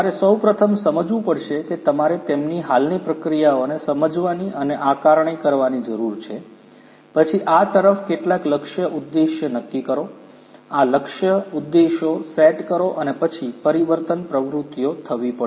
તમારે સૌપ્રથમ સમજવું પડશે કે તમારે તેમની હાલની પ્રક્રિયાઓને સમજવાની અને આકારણી કરવાની જરૂર છે પછી આ તરફ કેટલાક લક્ષ્ય ઉદ્દેશ્ય નક્કી કરો આ લક્ષ્ય ઉદ્દેશો સેટ કરો અને પછી પરિવર્તન પ્રવૃત્તિઓ થવી પડશે